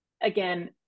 again